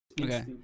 Okay